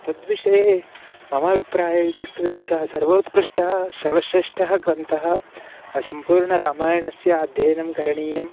तद्विषये मम अभिप्रायः इत्युक्ते सः सर्वोत्कृष्टः सर्वश्रेष्टः ग्रन्थः सम्पूर्णरामायणस्य अध्ययनं करणीयम्